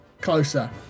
closer